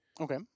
Okay